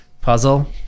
puzzle